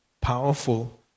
powerful